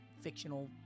fictional